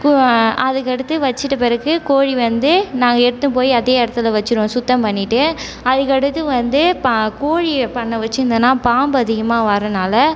அதுக்கடுத்து வச்சுட்ட பிறகு கோழி வந்து நாங்கள் எடுத்துகிட்டு போய் அதே இடத்துல வச்சுருவோம் சுத்தம் பண்ணிவிட்டு அதுக்கடுத்து வந்து ப கோழியை பண்ணை வச்சுருந்தோம்னா பாம்பு அதிகமாக வரனாலே